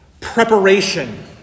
preparation